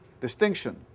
distinction